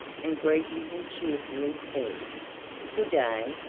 and greeting him cheerfully said good-day,